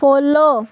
follow